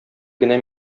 генә